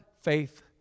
faith